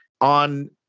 on